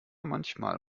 manchmal